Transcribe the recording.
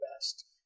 best